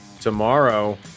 tomorrow